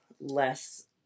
less